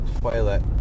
toilet